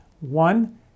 One